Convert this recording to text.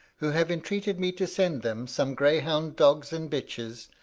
who have entreated me to send them some greyhound dogs and bitches,